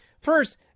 First